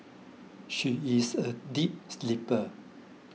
she is a deep sleeper